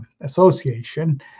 association